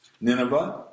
Nineveh